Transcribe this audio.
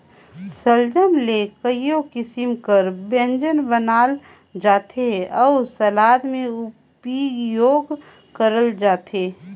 सलजम ले कइयो किसिम कर ब्यंजन बनाल जाथे अउ सलाद में उपियोग करल जाथे